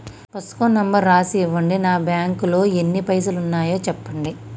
పుస్తకం నెంబరు రాసి ఇవ్వండి? నా బ్యాంకు లో ఎన్ని పైసలు ఉన్నాయో చెప్పండి?